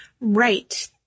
Right